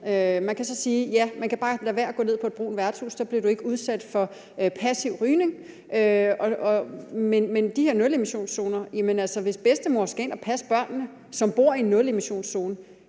at man bare kan lade være med at gå ned på et brunt værtshus, så bliver man ikke udsat for passiv rygning. Men med de her nulemissionszoner er det jo sådan, at hvis bedstemor skal ind og passe børnene, som bor i en nulemissionszone,